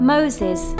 Moses